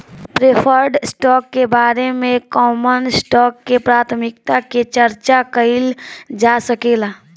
preferred stock के बारे में कॉमन स्टॉक से प्राथमिकता के चार्चा कईल जा सकेला